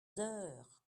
heures